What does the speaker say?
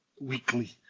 weekly